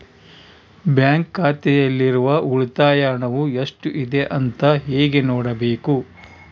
Bank ಖಾತೆಯಲ್ಲಿರುವ ಉಳಿತಾಯ ಹಣವು ಎಷ್ಟುಇದೆ ಅಂತ ಹೇಗೆ ನೋಡಬೇಕು?